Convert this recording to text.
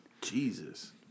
Jesus